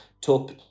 top